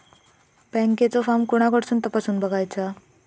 बँकेचो फार्म कोणाकडसून तपासूच बगायचा?